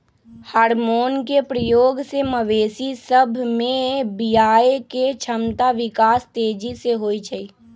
hormone के प्रयोग से मवेशी सभ में बियायके क्षमता विकास तेजी से होइ छइ